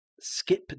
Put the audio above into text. Skip